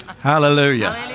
Hallelujah